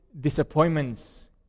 disappointments